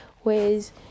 whereas